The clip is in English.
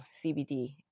CBD